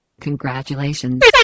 Congratulations